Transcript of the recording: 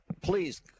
please